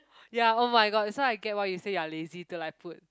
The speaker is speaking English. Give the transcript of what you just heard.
ya oh-my-god so I get what you say you are lazy to like put